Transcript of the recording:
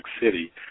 City